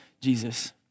Jesus